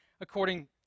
according